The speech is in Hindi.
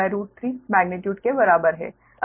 2203 मेग्नीट्यूड के बराबर है